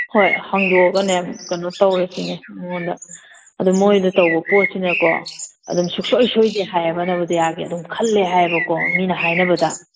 ꯍꯣꯏ ꯍꯪꯗꯣꯛꯑꯒꯅꯦ ꯀꯩꯅꯣ ꯇꯧꯔꯁꯤꯅꯦ ꯃꯉꯣꯟꯗ ꯑꯗꯨ ꯃꯣꯏꯗ ꯇꯧꯕ ꯄꯣꯠꯁꯤꯅꯀꯣ ꯑꯗꯨꯝ ꯁꯨꯛꯁꯣꯏ ꯁꯣꯏꯗꯦ ꯍꯥꯏꯌꯦꯕ ꯅꯚꯣꯗꯤꯌꯥꯒꯤ ꯑꯗꯨꯝ ꯈꯜꯂꯦ ꯍꯥꯏꯌꯦꯕꯀꯣ ꯃꯤꯅ ꯍꯥꯏꯅꯕꯗ